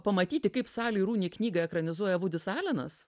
pamatyti kaip sali runi knygą ekranizuoja vudis alenas